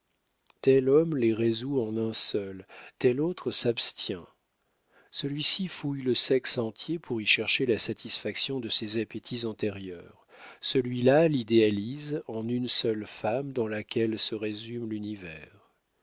tel homme les résout en un seul tel autre s'abstient celui-ci fouille le sexe entier pour y chercher la satisfaction de ses appétits antérieurs celui-là l'idéalise en une seule femme dans laquelle se résume l'univers